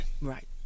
Right